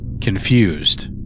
Confused